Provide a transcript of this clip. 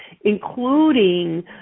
including